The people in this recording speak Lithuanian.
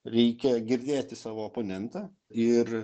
reikėjo girdėti savo oponentą ir